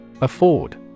Afford